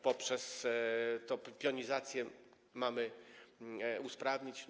Poprzez tę pionizację mamy to usprawnić?